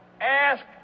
ask